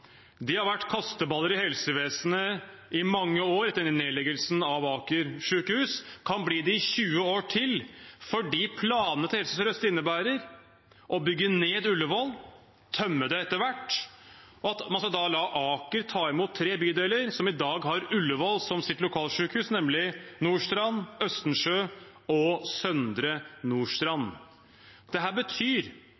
De har vært kasteballer i helsevesenet i mange år etter nedleggelsen av Aker sykehus og kan bli det i 20 år til fordi planene til Helse Sør-Øst innebærer å bygge ned Ullevål, tømme det etter hvert, og at man da skal la Aker ta imot tre bydeler som i dag har Ullevål som sitt lokalsykehus, nemlig Nordstrand, Østensjø og Søndre